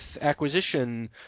acquisition